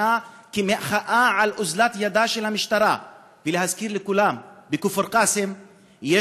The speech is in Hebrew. כאשר האנשים בכפר קאסם חוששים,